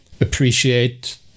appreciate